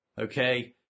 Okay